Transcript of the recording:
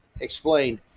explained